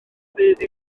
ddydd